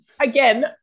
again